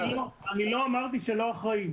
לא אמרתי שאין אחראים.